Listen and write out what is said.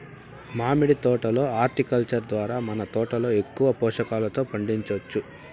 మామిడి తోట లో హార్టికల్చర్ ద్వారా మన తోటలో ఎక్కువ పోషకాలతో పండించొచ్చు